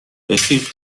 رفیق